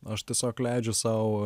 aš tiesiog leidžiu sau